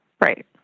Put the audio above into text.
Right